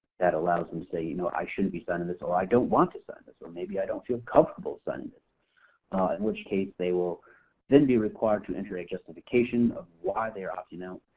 that allows them to say, you know, i shouldn't be signing this, or i don't want to sign this. or maybe i don't feel comfortable signing this, in which case they will then be required to enter a justification of why they are opting out.